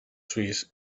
suís